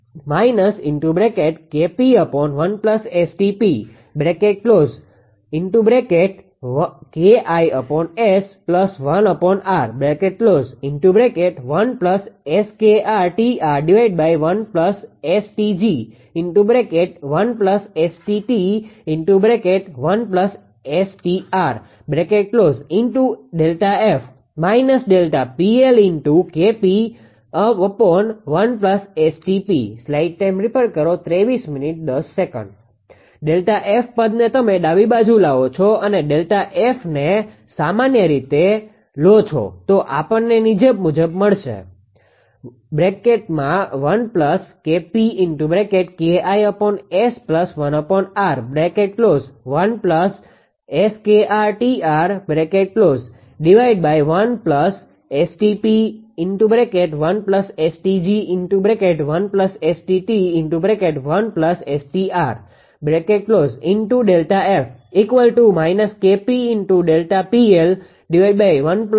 ΔF પદને તમે ડાબી બાજુ લાવો છો અને ΔFને સામાન્ય લો છો તો આપણને નીચે મુજબ મળશે